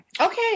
Okay